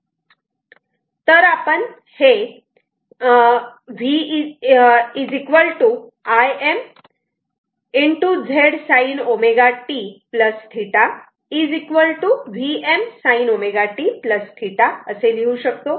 तर आपण हे v Im Z sin ω t θ Vm sin ω t θ असे लिहू शकतो